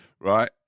right